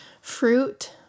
fruit